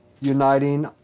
uniting